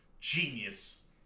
genius